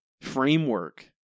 framework